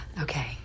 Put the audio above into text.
okay